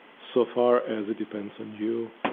so far as it depends on you,